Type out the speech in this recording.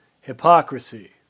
Hypocrisy